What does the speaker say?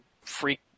freak